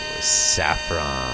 Saffron